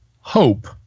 hope